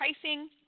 Pricing